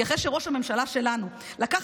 אנחנו מחוקקים את זה כי אחרי שראש הממשלה שלנו לקח